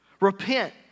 Repent